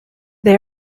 they